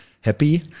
happy